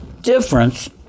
difference